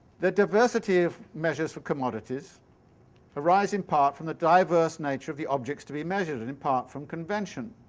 the diversity of the measures for commodities arises in part from the diverse nature of the objects to the measured, and in part from convention.